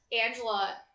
Angela